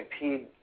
impede